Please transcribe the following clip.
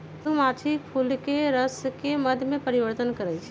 मधुमाछी फूलके रसके मध में परिवर्तन करछइ